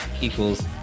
equals